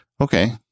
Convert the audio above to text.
Okay